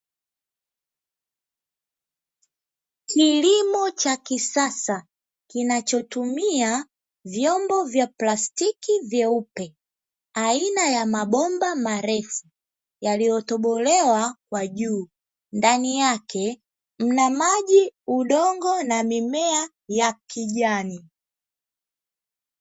Kilimo cha kisasa kinachotumia vyombo vya plastiki vyeupe, aina ya mabomba marefu, yaliyotobolewa kwa juu, ndani yake mna maji, udongo na mimea ya kijani.